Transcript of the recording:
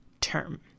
term